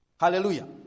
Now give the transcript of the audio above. Hallelujah